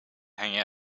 hanging